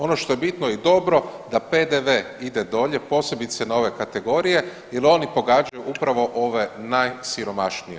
Ono što je bitno i dobro da PDV ide dolje posebice na ove kategorije jer oni pogađaju upravo ove najsiromašnije.